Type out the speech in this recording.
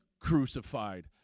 crucified